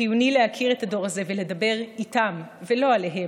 חיוני להכיר את הדור הזה ולדבר איתם ולא עליהם.